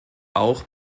auch